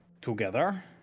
together